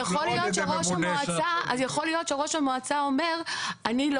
אז יכול להיות שראש העירייה אומר שהוא לא